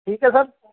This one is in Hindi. ठीक है सर